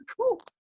cool